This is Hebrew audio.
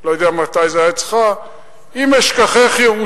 לא יודע מתי זה היה אצלך: אם אשכחך ירושלים.